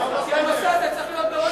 כי הנושא הזה צריך להיות בראש סדר-היום.